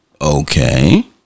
Okay